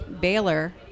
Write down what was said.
Baylor